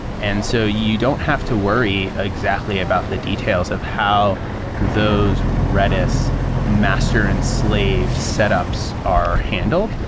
and so you don't have to worry exactly about the details of how those redis master and slave setups are handled.